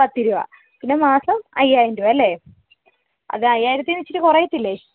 പത്ത് രൂപ പിന്നെ മാസം അയ്യായിരം രൂപ അല്ലേ അത് അയ്യായിരത്തിന് ഇച്ചിരി കുറയത്തില്ലേ